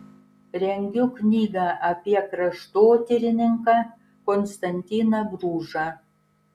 rengiu knygą apie kraštotyrininką konstantiną bružą